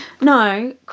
no